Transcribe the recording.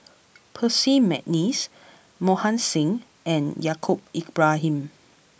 Percy McNeice Mohan Singh and Yaacob Ibrahim